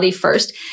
first